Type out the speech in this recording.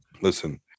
listen